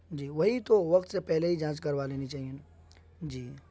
جی وہی تو وقت سے پہلے ہی جانچ کروا لینی چاہیے جی